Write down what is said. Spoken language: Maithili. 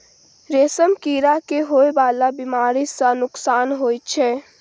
रेशम कीड़ा के होए वाला बेमारी सँ नुकसान होइ छै